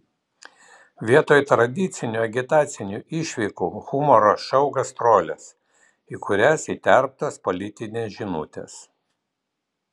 vietoj tradicinių agitacinių išvykų humoro šou gastrolės į kurias įterptos politinės žinutės